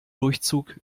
durchzug